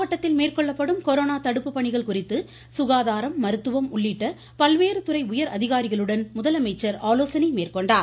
மாவட்டத்தில் மேற்கொள்ளப்படும் கொரோனா தடுப்பு பணிகள் குறித்து சுகாதாரம் மருத்துவம் உள்ளிட்ட துறை உயர் அதிகாரிகளுடன் ஆலோசனை மேற்கொண்டார்